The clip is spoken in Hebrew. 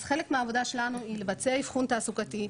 אז חלק מהעבודה שלנו היא לבצע אבחון תעסוקתי,